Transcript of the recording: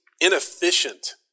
inefficient